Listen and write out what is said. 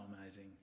amazing